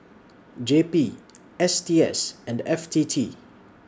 J P S T S and F T T